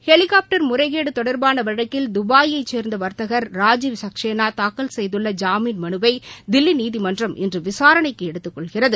helicopter முறைகேடு தொடர்பாள வழக்கில் துபாயைச் சேர்ந்த வர்த்தகர் ராஜீவ் சக்சேனா தாக்கல் செய்துள்ள ஜாமீன் மனு தில்லி நீதிமன்றம் இன்று விசாரணைககு எடுத்துக் கொள்கிறது